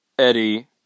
Eddie